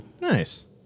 Nice